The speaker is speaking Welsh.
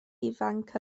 ifanc